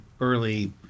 early